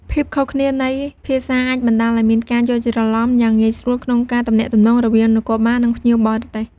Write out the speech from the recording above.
ភាពខុសគ្នានៃភាសាអាចបណ្តាលឲ្យមានការយល់ច្រឡំយ៉ាងងាយស្រួលក្នុងការទំនាក់ទំនងរវាងនគរបាល និងភ្ញៀវបរទេស។